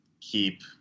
keep